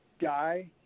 guy